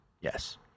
Yes